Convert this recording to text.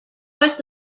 north